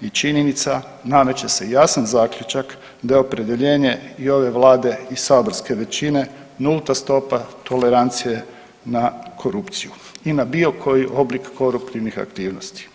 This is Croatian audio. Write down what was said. i činjenica nameće se jasan zaključak da je opredjeljenje i ove Vlade i Saborske većine nulta stopa tolerancije na korupciju i na bilo koji oblik koruptivnih aktivnosti.